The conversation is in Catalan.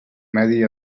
medi